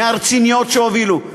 מהרציניות שהובלו.